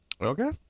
Okay